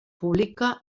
pública